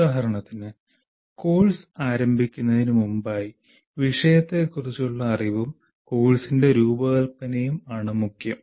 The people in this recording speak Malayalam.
ഉദാഹരണത്തിന് കോഴ്സ് ആരംഭിക്കുന്നതിന് മുമ്പായി വിഷയത്തെക്കുറിച്ചുള്ള അറിവും കോഴ്സിന്റെ രൂപകൽപ്പനയും ആണ് മുഖ്യം